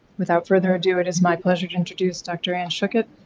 without further ado, it is my pleasure to introduce dr. anne schuchat,